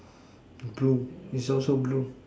blue is also blue